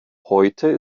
heute